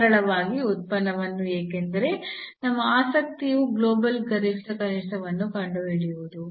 ಸರಳವಾಗಿ ಉತ್ಪನ್ನವನ್ನು ಏಕೆಂದರೆ ನಮ್ಮ ಆಸಕ್ತಿಯು ಗ್ಲೋಬಲ್ ಗರಿಷ್ಠ ಕನಿಷ್ಠವನ್ನು ಕಂಡುಹಿಡಿಯುವುದು